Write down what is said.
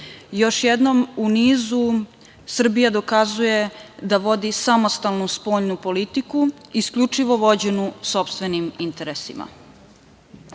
jednom u nizu, Srbija dokazuje da vodi samostalnu spoljnu politiku, isključivo vođenu sopstvenim interesima.